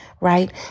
right